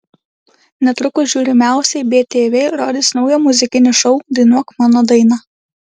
netrukus žiūrimiausiai btv rodys naują muzikinį šou dainuok mano dainą